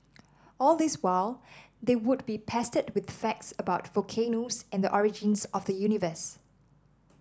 all this while they would be pestered with facts about volcanoes and the origins of the universe